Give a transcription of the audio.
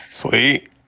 Sweet